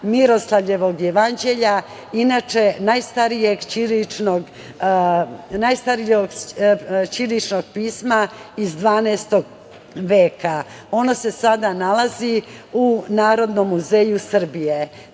Miroslavljevog Jevanđelja, inače najstarijeg ćiriličnog pisma iz 12. veka. Ona se sada nalazi u Narodnom muzeju Srbije. Takođe,